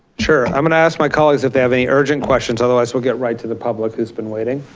sure, i'm going to ask my colleagues if they have any urgent questions, otherwise we'll get right to the public who's been waiting.